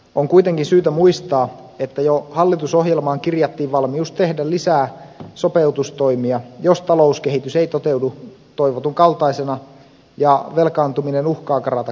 on kuitenkin syytä muistaa että jo hallitusohjelmaan kirjattiin valmius tehdä lisää sopeutustoimia jos talouskehitys ei toteudu toivotun kaltaisena ja velkaantuminen uhkaa karata käsistä